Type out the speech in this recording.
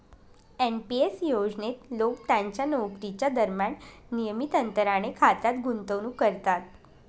NP S योजनेत लोक त्यांच्या नोकरीच्या दरम्यान नियमित अंतराने खात्यात गुंतवणूक करतात